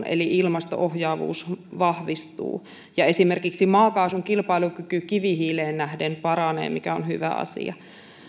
eli ilmasto ohjaavuus vahvistuu ja esimerkiksi maakaasun kilpailukyky kivihiileen nähden paranee mikä on hyvä asia